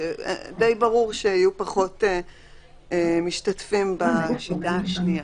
כשדי ברור שיהיו פחות משתתפים בשיטה השנייה.